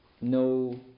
No